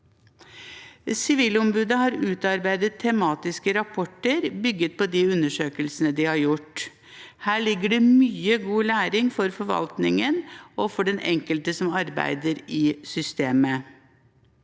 Sivilombudet har utarbeidet tematiske rapporter bygget på de undersøkelsene de har gjort. Her ligger det mye god læring for forvaltningen og for den enkelte som arbeider i systemet.